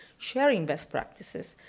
sharing best practices,